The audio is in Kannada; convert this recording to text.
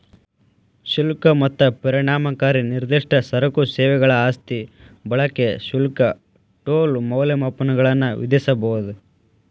ಶುಲ್ಕ ಮತ್ತ ಪರಿಣಾಮಕಾರಿ ನಿರ್ದಿಷ್ಟ ಸರಕು ಸೇವೆಗಳ ಆಸ್ತಿ ಬಳಕೆ ಶುಲ್ಕ ಟೋಲ್ ಮೌಲ್ಯಮಾಪನಗಳನ್ನ ವಿಧಿಸಬೊದ